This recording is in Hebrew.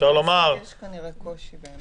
יש כנראה קושי.